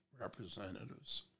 representatives